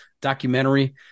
documentary